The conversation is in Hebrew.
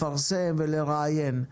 לפרסם ולראיין,